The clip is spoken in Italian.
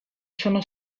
sono